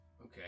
Okay